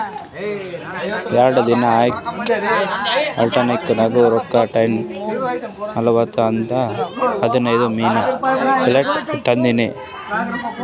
ಯಾಡ್ ದಿನಾ ಐಯ್ತ್ ಅಕೌಂಟ್ ನಾಗ್ ರೊಕ್ಕಾ ಕಟ್ ಆಲತವ್ ಅಂತ ಹತ್ತದಿಂದು ಮಿನಿ ಸ್ಟೇಟ್ಮೆಂಟ್ ತಂದಿನಿ